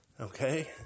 Okay